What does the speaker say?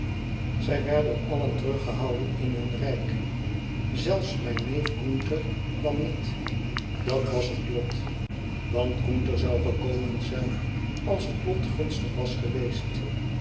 zij werden allen teruggehouden in hun rijk zelfs mijn neef gunther kwam niet dat was het lot want gunther zoû gekomen zijn als het lot gunstig was geweest